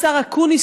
השר אקוניס,